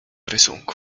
rysunku